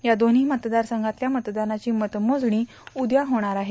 या दोव्ही मतदार संघातल्या मतदानाची मतमोजणी उद्या होणार आहे